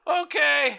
okay